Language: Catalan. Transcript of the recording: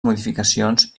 modificacions